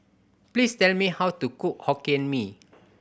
please tell me how to cook Hokkien Mee